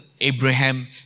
Abraham